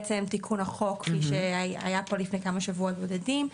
בעצם תיקון החוק כפי שהיה פה לפני כמה שבועות בודדים.